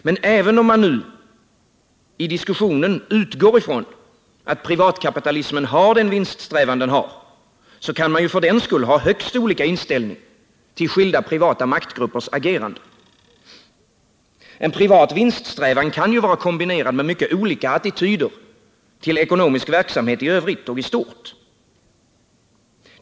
Men även om man nu i diskussionen utgår från att privatkapitalismen har den vinststrävan den har, kan man för den skull ha högst olika inställning till skilda privata maktgruppers agerande. En privat vinststrävan kan vara kombinerad med mycket olika attityder till ekonomisk verksamhet i övrigt och i stort.